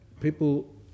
people